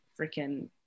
freaking